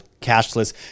cashless